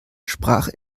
sprach